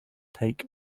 take